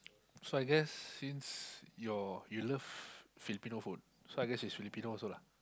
so I guess since your you love Filipino phone so I guess she's Filipino also lah